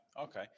Okay